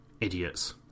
Idiots